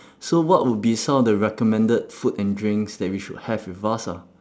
so what would be some of the recommended food and drinks that we should have with us ah